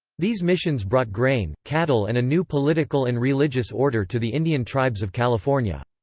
these missions brought grain, cattle and a new political and religious order to the indian tribes of california.